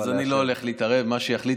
אז אני לא הולך להתערב, מה שיחליט.